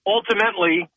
Ultimately